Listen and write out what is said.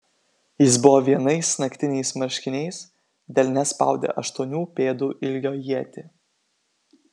jis buvo vienais naktiniais marškiniais delne spaudė aštuonių pėdų ilgio ietį